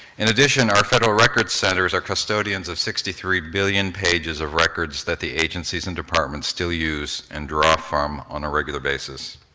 in addition, our federal record setters are custodians of sixty three billion pages of records that the agencies and departments still use and draw from on a regular basis.